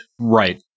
Right